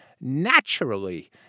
Naturally